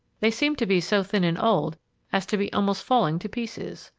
they seemed to be so thin and old as to be almost falling to pieces.